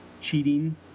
cheating